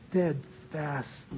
steadfast